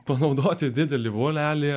panaudoti didelį volelį